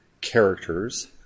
characters